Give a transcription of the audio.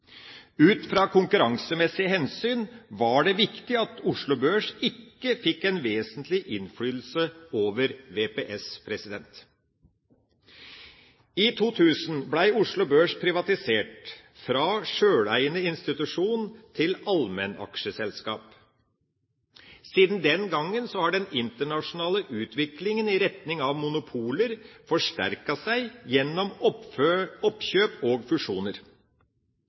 Ut fra konkurransemessige hensyn var det viktig at Oslo Børs ikke fikk en vesentlig innflytelse over VPS. I 2000 ble Oslo Børs privatisert, fra sjøleiende institusjon til allmennaksjeselskap. Siden den gang har den internasjonale utviklingen i retning av monopoler forsterket seg gjennom oppkjøp og fusjoner.